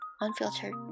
unfiltered